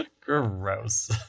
Gross